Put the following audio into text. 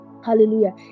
hallelujah